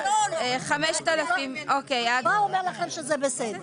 הוא כבר אומר לכם שזה בסדר,